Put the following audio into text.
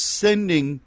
sending